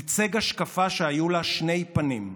ייצג השקפה שהיו לה שני פנים,